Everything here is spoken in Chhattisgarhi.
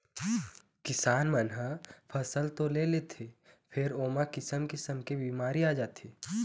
किसान मन ह फसल तो ले लेथे फेर ओमा किसम किसम के बिमारी आ जाथे